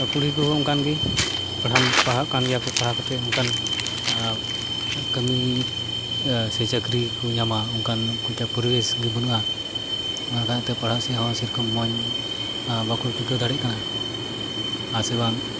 ᱠᱩᱲᱤ ᱠᱚᱦᱚᱸ ᱚᱱᱠᱟᱱᱜᱮ ᱯᱟᱲᱦᱟᱜ ᱢᱟ ᱯᱟᱲᱦᱟᱜ ᱠᱟᱱ ᱜᱮᱭᱟᱠᱚ ᱯᱟᱲᱦᱟᱣ ᱠᱟᱛᱮ ᱚᱱᱠᱟᱱ ᱠᱟᱹᱢᱤ ᱥᱮ ᱪᱟᱹᱠᱨᱤᱠᱚ ᱧᱟᱢᱟ ᱚᱱᱠᱟᱱ ᱯᱚᱨᱤᱵᱮᱥᱜᱮ ᱵᱟᱹᱱᱩᱜᱼᱟ ᱚᱱᱠᱟ ᱠᱟᱛᱮ ᱯᱟᱲᱦᱟᱜᱥᱮᱡ ᱦᱚᱸ ᱥᱮᱨᱚᱠᱚᱢ ᱢᱚᱱ ᱵᱟᱠᱚ ᱴᱤᱠᱟᱹᱣ ᱫᱟᱲᱮᱜ ᱠᱟᱱᱟ ᱟᱨ ᱥᱮ ᱵᱟᱝ